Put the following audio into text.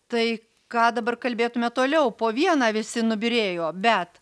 tai ką dabar kalbėtume toliau po vieną visi nubyrėjo bet